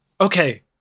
okay